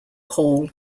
hall